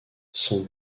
son